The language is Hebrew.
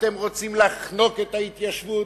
אתם רוצים לחנוק את ההתיישבות,